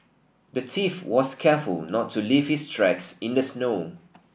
the thief was careful not to leave his tracks in the snow